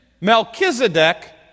Melchizedek